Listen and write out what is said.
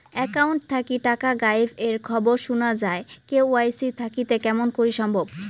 Account থাকি টাকা গায়েব এর খবর সুনা যায় কে.ওয়াই.সি থাকিতে কেমন করি সম্ভব?